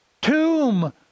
Tomb